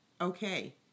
okay